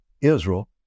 Israel